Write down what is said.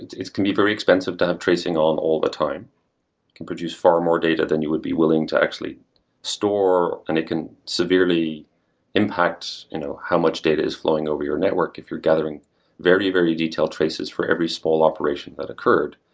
it can be very expensive to have tracing on all the time. it can produce far more data than you would be willing to actually store and it can severely impact you know how much data is flowing over your network if you're gathering very very detailed traces for every small operation that occurred.